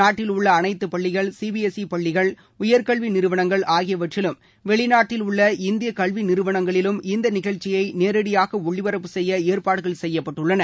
நாட்டிலுள்ள அனைத்து பள்ளிகள் சி பி எஸ் ஈ பள்ளிகள் உயர்கல்வி நிறுவனங்கள் ஆகியவற்றிலும் வெளிநாட்டில் உள்ள இந்திய கல்வி நிறுவனங்களிலும் இந்த நிகழ்ச்சியை நேரடியாக ஒளிபரப்பு ஏற்பாடுகள் செய்யப்பட்டுள்ளன